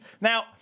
now